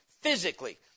physically